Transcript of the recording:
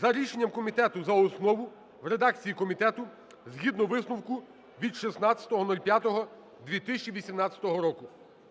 за рішенням комітету за основу в редакції комітету, згідно висновку від 16.05.2018 року.